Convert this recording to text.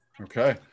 Okay